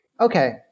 Okay